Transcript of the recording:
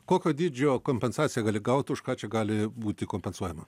kokio dydžio kompensaciją gali gaut už ką čia gali būti kompensuojama